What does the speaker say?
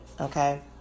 Okay